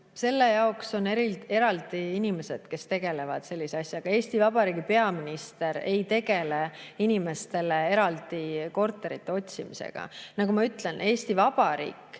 Selle jaoks on eraldi inimesed, kes sellise asjaga tegelevad. Eesti Vabariigi peaminister ei tegele inimestele korterite otsimisega. Nagu ma ütlesin, Eesti Vabariik